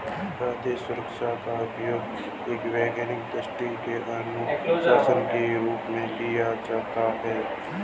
खाद्य सुरक्षा का उपयोग एक वैज्ञानिक पद्धति अनुशासन के रूप में किया जाता है